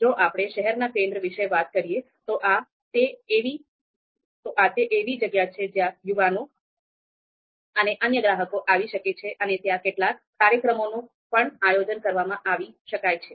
જો આપણે શહેરના કેન્દ્ર વિશે વાત કરીએ તો આ તે એવી જગ્યા છે જ્યાં યુવાનો અને અન્ય ગ્રાહકો આવી શકે છે અને ત્યાં કેટલાક કાર્યક્રમોનું પણ આયોજન કરવામાં આવી શકાય છે